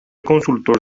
consultor